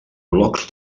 blocs